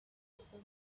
people